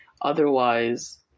otherwise